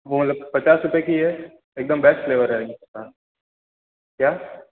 वो वाला तो पचास रुपए की है एकदम बेस्ट फ्लेवर है क्या